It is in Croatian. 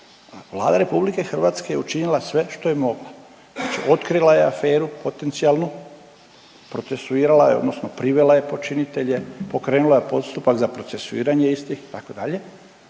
Vlada RH je učinila sve što je mogla. Znači otkrila je aferu potencijalnu, procesuirala je odnosno privela je počinitelje, pokrenula je postupak za procesuiranje istih itd.,